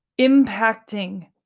impacting